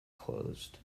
closed